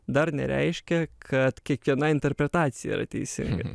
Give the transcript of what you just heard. dar nereiškia kad kiekviena interpretacija yra teisinga